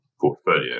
portfolio